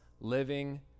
living